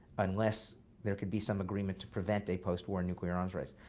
unless there could be some agreement to prevent a postwar nuclear arms race.